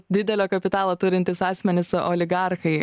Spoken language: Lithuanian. didelio kapitalo turintys asmenys oligarchai